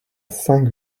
cinq